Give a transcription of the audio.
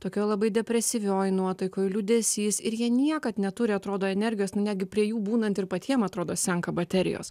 tokioj labai depresyvioj nuotaikoj liūdesys ir jie niekad neturi atrodo energijos netgi prie jų būnant ir patiem atrodo senka baterijos